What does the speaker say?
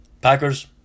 Packers